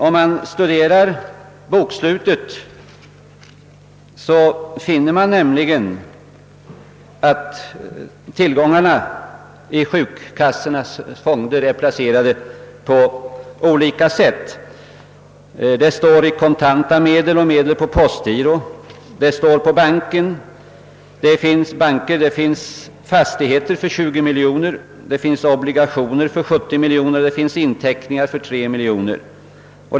Om man studerar bokslutet finner man nämligen att tillgångarna i sjukkassornas fonder är placerade på olika sätt — de finns upptagna som kontanter, som medel på postgiro och i banker samt som medel placerade i fastigheter. Det finns obligationer för 70 miljoner kronor och inteckningar för 3 miljoner kronor.